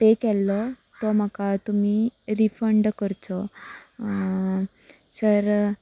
pay केल्लो तो म्हाका तुमी रिफंड करचो सर